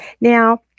now